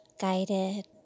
guided